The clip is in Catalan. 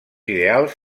ideals